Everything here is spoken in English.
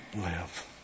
live